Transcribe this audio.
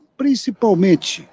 principalmente